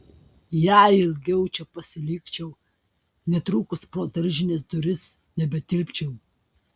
jei ilgiau čia pasilikčiau netrukus pro daržinės duris nebetilpčiau